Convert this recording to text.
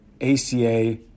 ACA